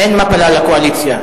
אין מפלה לקואליציה.